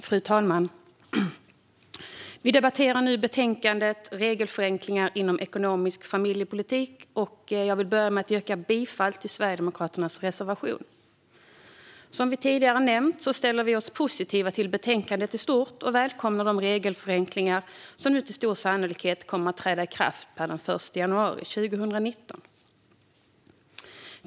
Fru talman! Vi debatterar nu betänkandet Regelförenklingar inom ekonomisk familjepolitik , och jag yrkar bifall till Sverigedemokraternas reservation. Som vi tidigare nämnt ställer vi oss positiva till betänkandet i stort och välkomnar de regelförenklingar som med stor sannolikhet kommer att träda i kraft den 1 januari 2019.